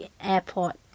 airport